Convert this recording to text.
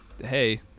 hey